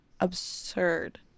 absurd